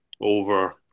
over